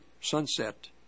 sunset